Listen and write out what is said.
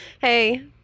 Hey